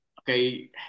okay